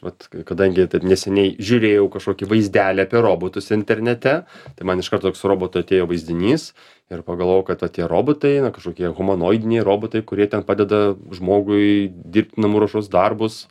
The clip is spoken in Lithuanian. vat kadangi taip neseniai žiūrėjau kaškokį vaizdelį apie robotus internete tai man iškart toks roboto atėjo vaizdinys ir pagalvojau kad va tie robotai ar kažkokie humanoidiniai robotai kurie ten padeda žmogui dirbt namų ruošos darbus